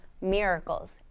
miracles